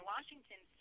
Washington